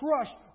crushed